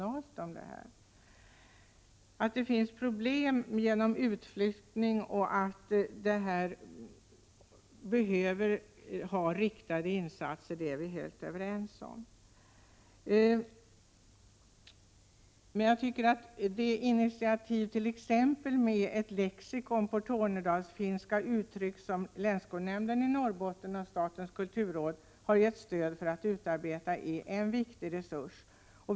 Att det finns problem genom utflyttning och att det behövs riktade insatser är vi helt överens om. Initiativet till t.ex. utarbetandet av ett lexikon med tornedalsfinska uttryck, som länsskolnämnden i Norrbotten och statens kulturråd har gett sitt stöd till, är en viktig sak.